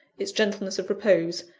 its gentleness of repose,